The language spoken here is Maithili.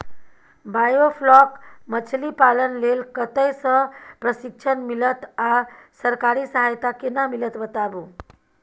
बायोफ्लॉक मछलीपालन लेल कतय स प्रशिक्षण मिलत आ सरकारी सहायता केना मिलत बताबू?